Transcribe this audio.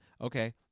okay